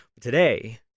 today